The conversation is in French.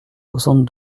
soixante